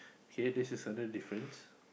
okay this is another different